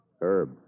Herb